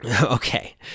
Okay